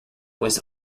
was